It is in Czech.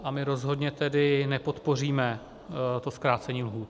A my rozhodně tedy nepodpoříme to zkrácení lhůt.